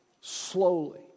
slowly